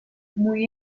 muy